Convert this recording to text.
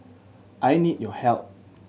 I need your help